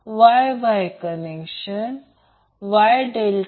Y Y connection म्हणजेच Y source connection Y load connection सोबत